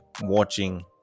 watching